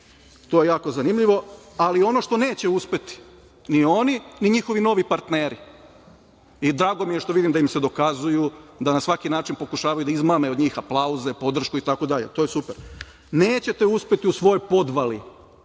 to je jako zanimljivo. Ono što neće uspeti, ni oni ni njihovi novi partneri i drago mi je što vidim da im se dokazuju da na svaki način pokušavaju da od njih izmame aplauze, podršku, itd. Nećete uspeti u svojoj podvali